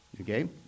okay